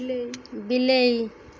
ବିଲେଇ ବିଲେଇ